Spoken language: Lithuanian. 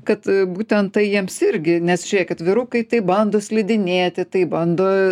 kad būtent tai jiems irgi nes žiūrėkit vyrukai tai bando slidinėti tai bando